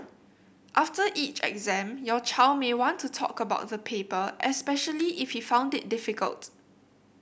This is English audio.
after each exam your child may want to talk about the paper especially if he found it difficult